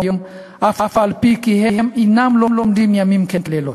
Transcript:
אף-על-פי שהם אינם לומדים ימים ולילות,